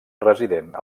resident